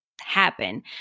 happen